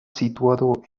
situado